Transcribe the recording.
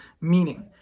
meaning